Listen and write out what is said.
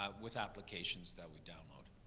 um with applications that we download.